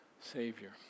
savior